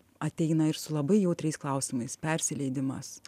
ateina ir su labai jautriais klausimais persileidimas